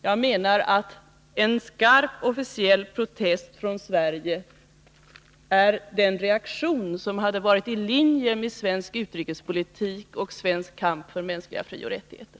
Jag menar att en skarp officiell protest från Sverige är den reaktion som hade varit i linje med svensk utrikespolitik och svensk kamp för mänskliga frioch rättigheter.